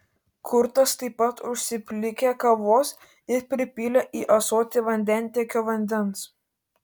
kurtas taip pat užsiplikė kavos ir pripylė į ąsotį vandentiekio vandens